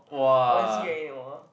I won't see anymore